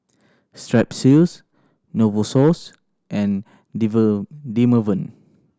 Strepsils Novosource and Dermaveen